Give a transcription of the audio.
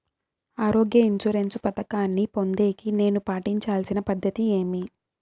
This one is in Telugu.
ఆరోగ్య ఇన్సూరెన్సు పథకాన్ని పొందేకి నేను పాటించాల్సిన పద్ధతి ఏమి?